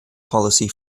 policy